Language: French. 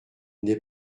n’est